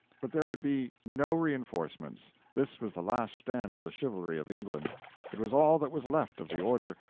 but there would be no reinforcements this was the last stand of the chivalry of england it was all that was left of the order,